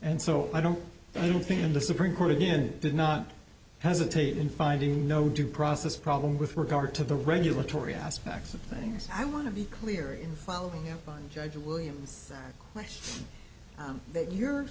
and so i don't know anything in the supreme court again did not hesitate in finding no due process problem with regard to the regulatory aspects of things i want to be clear in follow up on judge williams clash that you're